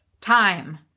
time